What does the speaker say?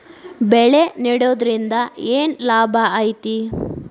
ಬೆಳೆ ನೆಡುದ್ರಿಂದ ಏನ್ ಲಾಭ ಐತಿ?